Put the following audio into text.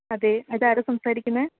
അതെ ഇതാരാണ് സംസാരിക്കുന്നത്